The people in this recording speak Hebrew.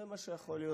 זה מה שיכול להיות.